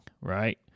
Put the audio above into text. right